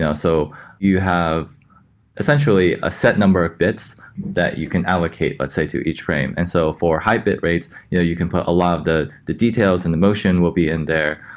yeah so you have essentially a set number of bits that you can allocate, let's say to each frame. and so for high bit rates, you know you can put a lot of the details and the motion will be in there.